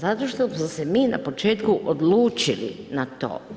Zato što smo se mi na početku odlučili na to.